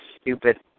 stupid